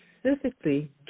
specifically